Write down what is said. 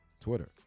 Twitter